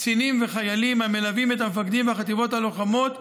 קצינים וחיילים המלווים את המפקדים והחטיבות הלוחמות,